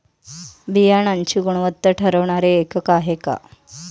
बियाणांची गुणवत्ता ठरवणारे एकक आहे का?